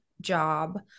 job